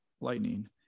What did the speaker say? lightning